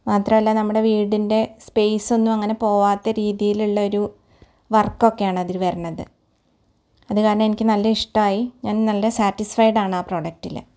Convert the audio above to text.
മാത്രമല്ല നമ്മുടെ വീടിൻ്റെ സ്പേസൊന്നും അങ്ങനെ പോകാത്ത രീതിയിലുള്ള ഒരു വർക്കൊക്കെയാണ് അതില് വരുന്നത് അത് കാരണം എനിക്ക് നല്ല ഇഷ്ടമായി ഞാൻ നല്ല സാറ്റിസ്ഫൈഡാണ് ആ പ്രൊഡക്ടില്